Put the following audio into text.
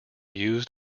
used